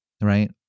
right